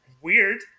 Weird